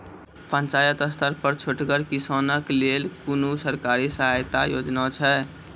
पंचायत स्तर पर छोटगर किसानक लेल कुनू सरकारी सहायता योजना छै?